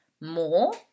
more